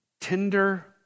Tender